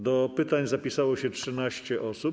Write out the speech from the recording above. Do pytań zapisało się 13 osób.